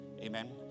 amen